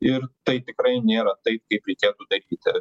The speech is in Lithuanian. ir tai tikrai nėra taip kaip reikėtų daryti